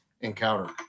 encounter